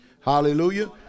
Hallelujah